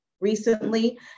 recently